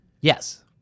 Yes